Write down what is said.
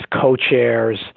co-chairs